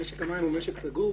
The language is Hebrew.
משק המים הוא משק סגור.